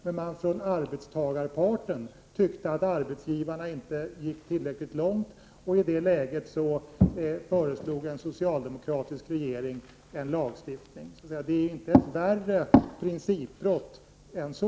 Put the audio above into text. Men arbetstagarparten tyckte att arbetsgivarna inte gick tillräckligt långt. I det läget föreslog en socialdemokratisk regering en lagstiftning. Principbrottet är alltså inte värre än så.